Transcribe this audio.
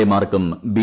A മാർക്കും B